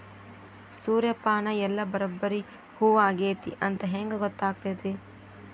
ಸೂರ್ಯಪಾನ ಎಲ್ಲ ಬರಬ್ಬರಿ ಹೂ ಆಗೈತಿ ಅಂತ ಹೆಂಗ್ ಗೊತ್ತಾಗತೈತ್ರಿ?